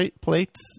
plates